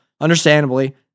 Understandably